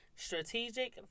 Strategic